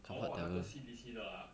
orh 那个 C_D_C 的啊